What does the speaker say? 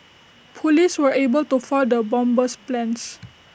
Police were able to foil the bomber's plans